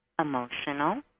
emotional